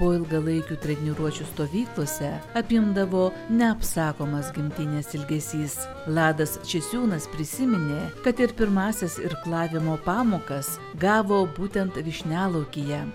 po ilgalaikių treniruočių stovyklose apimdavo neapsakomas gimtinės ilgesys vladas česiūnas prisiminė kad ir pirmąsias irklavimo pamokas gavo būtent vyšnialaukyje